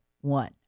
one